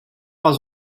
les